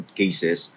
cases